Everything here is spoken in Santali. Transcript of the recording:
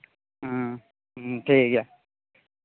ᱦᱮᱸ ᱴᱷᱤᱠ ᱜᱮᱭᱟ